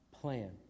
plan